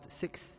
six